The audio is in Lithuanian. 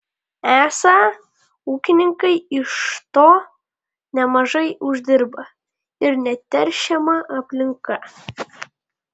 esą ūkininkai iš to nemažai uždirba ir neteršiama aplinka